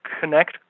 connect